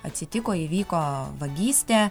atsitiko įvyko vagystė